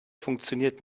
funktioniert